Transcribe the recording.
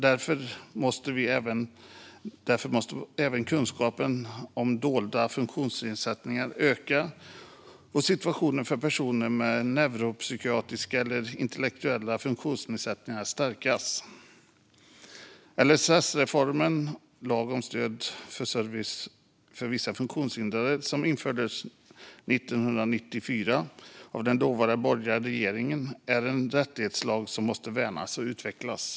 Därför måste även kunskapen om dolda funktionsnedsättningar öka och situationen för personer med neuropsykiatrisk eller intellektuell funktionsnedsättning stärkas. LSS, lag om stöd och service till vissa funktionshindrade, som infördes 1994 av den dåvarande borgerliga regeringen, är en rättighetslag som ska värnas och utvecklas.